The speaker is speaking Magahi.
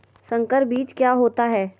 संकर बीज क्या होता है?